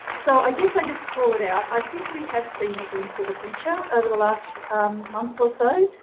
so i guess i just call it out. i think we have seen a glimpse of the future over the last few months or so.